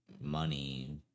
money